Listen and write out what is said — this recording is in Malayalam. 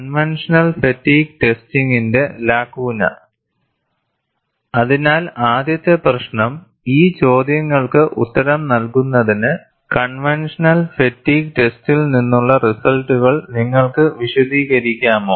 കൺവെൻഷണൽ ഫാറ്റിഗ് ടെസ്റ്റിന്റെ ലാകുന അതിനാൽ ആദ്യത്തെ പ്രശ്നം ഈ ചോദ്യങ്ങൾക്ക് ഉത്തരം നൽകുന്നതിന് കൺവെൻഷണൽ ഫാറ്റിഗ് ടെസ്റ്റിൽ നിന്നുള്ള റിസൾട്ടുകൾ നിങ്ങൾക്ക് വിശദീകരിക്കാമോ